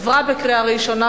עברה בקריאה ראשונה,